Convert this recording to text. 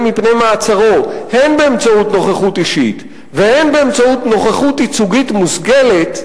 מפני מעצרו הן באמצעות נוכחות אישית והן באמצעות נוכחות ייצוגית מושכלת,